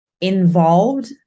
involved